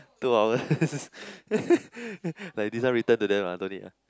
two hours like this one return to them ah don't need ah